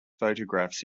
photographs